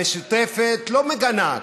המשותפת לא מגנה,